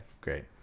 great